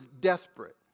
desperate